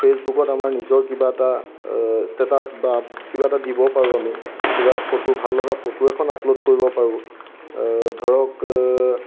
ফেচবুকত আমাৰ নিজৰ কিবা এটা ষ্টেটাছ বা কিবা এটা দিব পাৰোঁ আমি কিবা ফটো ভাল লগা ফটো এখন আপলোড কৰিব পাৰোঁ ধৰক